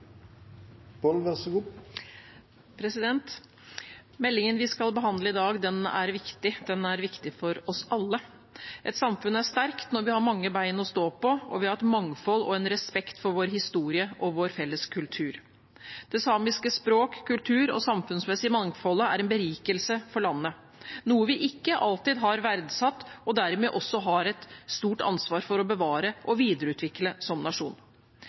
dag, er viktig. Den er viktig for oss alle. Et samfunn er sterkt når vi har mange bein å stå på, og når vi har et mangfold og en respekt for vår historie og vår felles kultur. Det samiske språk, kulturen og det samfunnsmessige mangfoldet er en berikelse for landet, noe vi ikke alltid har verdsatt. Dermed har vi som nasjon et stort ansvar for å bevare og videreutvikle